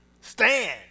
stand